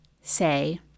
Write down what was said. Say